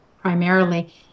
primarily